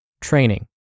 training